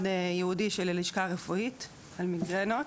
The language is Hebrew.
וייעודי של הלשכה הרפואית על מיגרנות,